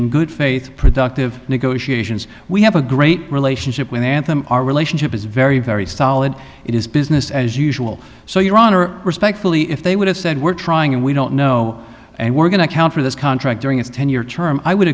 in good faith productive negotiations we have a great relationship with anthem our relationship is very very solid it is business as usual so your honor respectfully if they would have said we're trying and we don't know and we're going to counter this contract during its ten year term i would